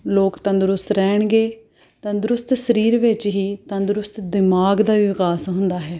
ਲੋਕ ਤੰਦਰੁਸਤ ਰਹਿਣਗੇ ਤੰਦਰੁਸਤ ਸਰੀਰ ਵਿੱਚ ਹੀ ਤੰਦਰੁਸਤ ਦਿਮਾਗ ਦਾ ਵੀ ਵਿਕਾਸ ਹੁੰਦਾ ਹੈ